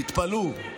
תתפלאו.